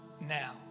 now